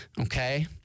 okay